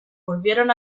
volvieron